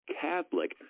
Catholic